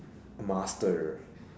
master